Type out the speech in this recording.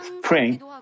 praying